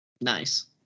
Nice